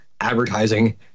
advertising